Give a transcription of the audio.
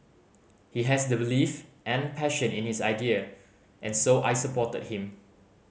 he has the belief and passion in his idea and so I supported him